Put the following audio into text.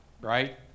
right